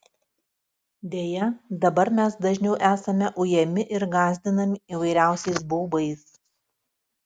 deja dabar mes dažniau esame ujami ir gąsdinami įvairiausiais baubais